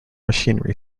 machinery